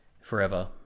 forever